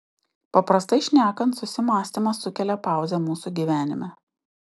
paprastai šnekant susimąstymas sukelia pauzę mūsų gyvenime